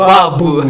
Babu